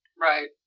Right